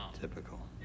Typical